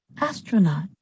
Astronaut